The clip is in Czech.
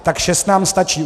Tak šest nám stačí.